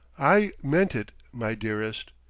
i meant it, my dearest.